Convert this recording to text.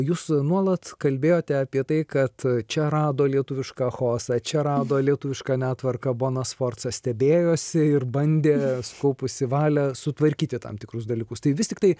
jūs nuolat kalbėjote apie tai kad čia rado lietuvišką chaosą čia rado lietuvišką netvarką bona sforca stebėjosi ir bandė sukaupusi valią sutvarkyti tam tikrus dalykus tai vis tiktai